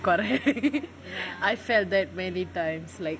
correct I felt that many times like